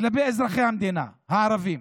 כלפי אזרחי המדינה הערבים.